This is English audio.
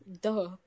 Duh